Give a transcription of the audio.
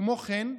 כמו כן,